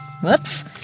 Whoops